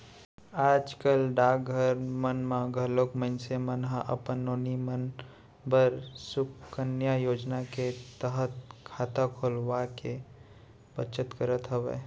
आज कल डाकघर मन म घलोक मनसे मन ह अपन नोनी मन बर सुकन्या योजना के तहत खाता खोलवाके बचत करत हवय